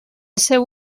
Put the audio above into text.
seu